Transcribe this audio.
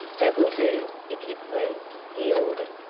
that will do, if you please, he ordered.